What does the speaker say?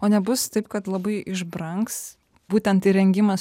o nebus taip kad labai iš brangs būtent įrengimas